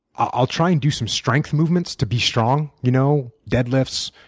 i'll try and do some strength movements to be strong you know dead lifts,